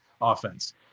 offense